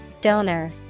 Donor